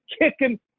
kicking